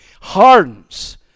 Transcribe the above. hardens